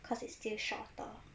cause it's still shorter